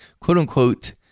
quote-unquote